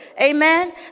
Amen